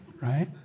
right